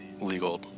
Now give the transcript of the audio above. legal